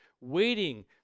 waiting